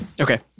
Okay